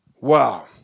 Wow